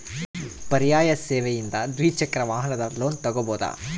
ಪರ್ಯಾಯ ಸೇವೆಯಿಂದ ದ್ವಿಚಕ್ರ ವಾಹನದ ಲೋನ್ ತಗೋಬಹುದಾ?